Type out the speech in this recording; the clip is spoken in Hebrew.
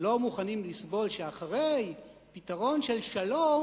לא מוכנים לסבול שאחרי פתרון של שלום,